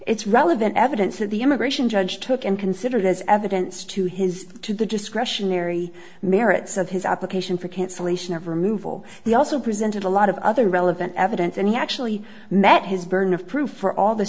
it's relevant evidence that the immigration judge took and considered as evidence to his to the discretionary merits of his application for cancellation of removal he also presented a lot of other relevant evidence and he actually met his burden of proof for all the